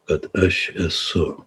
kad aš esu